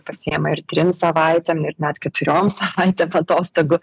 pasiima ir trim savaitėm ir net keturiom savaitėm atostogų